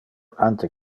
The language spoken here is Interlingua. ante